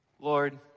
Lord